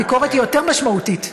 הביקורת היא יותר משמעותית.